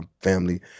family